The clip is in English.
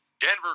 Denver